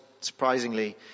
surprisingly